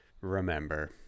remember